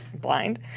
blind